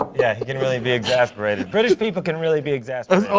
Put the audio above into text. yeah, he can really be exasperated. british people can really be exasperated.